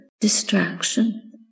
distraction